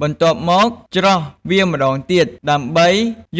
បន្ទាប់មក ច្រោះវាម្តងទៀត ដើម្បី